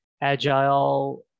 agile